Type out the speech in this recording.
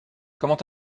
comment